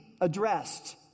addressed